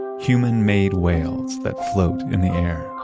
human-made whales that float in the air.